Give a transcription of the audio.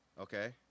Okay